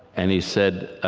and he said,